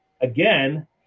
again